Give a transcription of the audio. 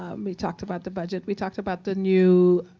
um we talked about the budget. we talked about the new